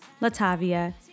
Latavia